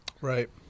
Right